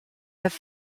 have